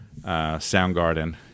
Soundgarden